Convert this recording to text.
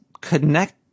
connect